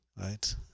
Right